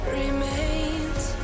remains